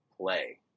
play